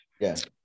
Yes